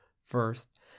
First